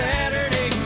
Saturday